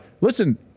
Listen